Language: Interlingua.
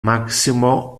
maximo